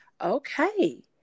Okay